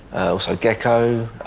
ah also gecko,